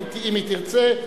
אם היא תרצה,